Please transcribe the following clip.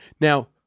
Now